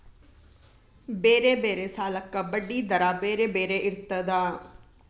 ಬೇರೆ ಬೇರೆ ಸಾಲಕ್ಕ ಬಡ್ಡಿ ದರಾ ಬೇರೆ ಬೇರೆ ಇರ್ತದಾ?